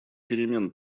перемен